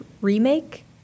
remake